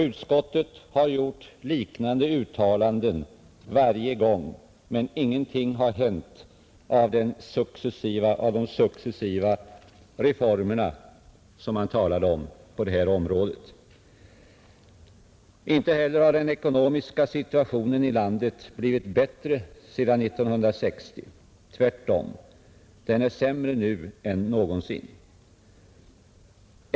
Utskottet har gjort liknande uttalanden varje gång, men ingenting har hänt när det gäller de successiva reformer på detta område som man talat om. Inte heller har den ekonomiska situationen i landet blivit bättre sedan 1969. Tvärtom — den är sämre nu än någonsin.